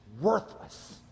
worthless